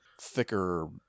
thicker